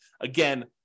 Again